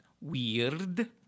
weird